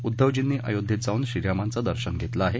उध्दवजींनी आयोध्येत जावून श्रीरामांचं दर्शन घेतलं आहे